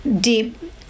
deep